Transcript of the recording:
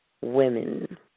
women